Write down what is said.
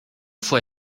fue